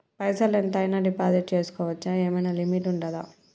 పైసల్ ఎంత అయినా డిపాజిట్ చేస్కోవచ్చా? ఏమైనా లిమిట్ ఉంటదా?